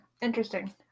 Interesting